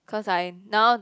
because I now